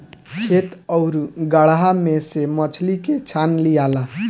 खेत आउरू गड़हा में से मछली के छान लियाला